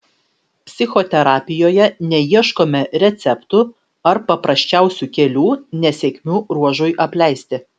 psichoterapijoje neieškome receptų ar paprasčiausių kelių nesėkmių ruožui apleisti